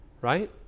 Right